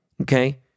okay